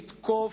נתקוף,